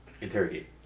Interrogate